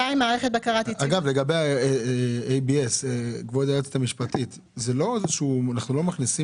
לגבי ה-ABS אנחנו לא מתערבים